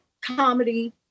comedy